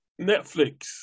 Netflix